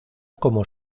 como